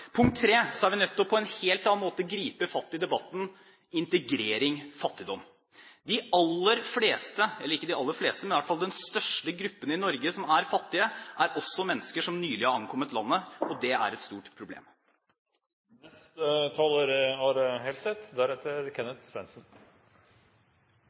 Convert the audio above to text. Punkt tre: Vi er nødt til å gripe fatt i debatten integrering–fattigdom på en helt annen måte. Den største gruppen i Norge som er fattig, er også mennesker som nylig har ankommet landet, og det er et stort problem. For Arbeiderpartiet er